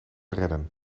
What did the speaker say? redden